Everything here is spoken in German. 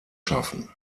schaffen